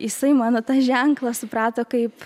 jisai mano tą ženklą suprato kaip